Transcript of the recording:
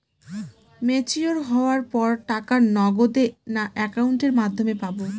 Mature হওয়ার পর টাকা নগদে না অ্যাকাউন্টের মাধ্যমে পাবো?